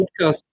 podcast